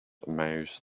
mouths